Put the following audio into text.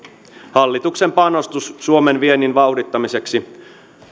hallituksen panostus suomen viennin vauhdittamiseksi